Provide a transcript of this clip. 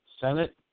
Senate